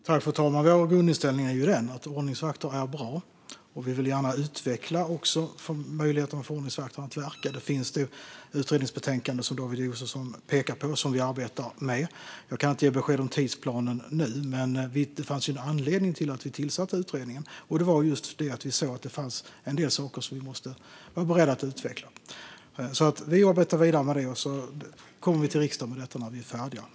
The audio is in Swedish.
Fru talman! Vår grundinställning är att ordningsvakter är bra, och vi vill gärna utveckla möjligheterna för ordningsvakter att verka. Vi arbetar med det utredningsbetänkande som David Josefsson pekar på, men jag kan inte nu ge besked om tidsplanen. Anledningen till att vi tillsatte utredningen var just att vi såg att det fanns en del saker som behövde utvecklas. Vi arbetar vidare och återkommer till riksdagen när vi är färdiga.